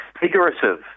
figurative